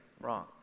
wrong